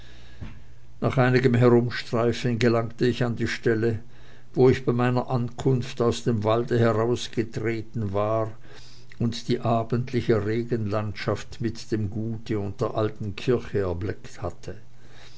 nach einigem herumstreifen gelangte ich an die stelle wo ich bei meiner ankunft aus dem walde herausgetreten war und die abendliche regenlandschaft mit dem gute und der alten kirche erblickt hatte